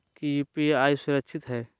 की यू.पी.आई सुरक्षित है?